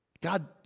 God